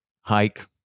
hike